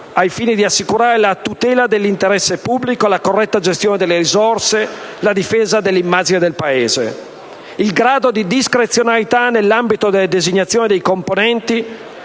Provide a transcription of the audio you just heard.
ai fini di assicurare la tutela dell'interesse pubblico, la corretta gestione delle risorse, la difesa dell'immagine del Paese. Il grado di discrezionalità nell'ambito della designazione dei componenti